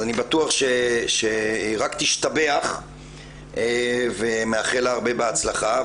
אז אני בטוח שהיא רק תשתבח ומאחל לה הרבה בהצלחה.